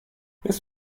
this